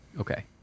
Okay